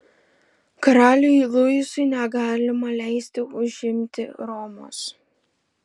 karaliui luisui negalima leisti užimti romos